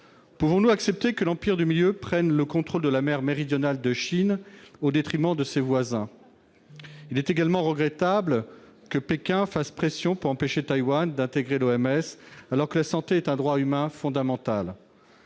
Pouvons-nous accepter que l'Empire du Milieu prenne le contrôle de la mer méridionale de Chine, au détriment de ses voisins ? Il est également regrettable que Pékin fasse pression pour empêcher Taïwan d'intégrer l'Organisation mondiale de la santé, l'OMS, alors que la santé est un droit humain fondamental.